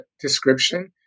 description